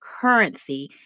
currency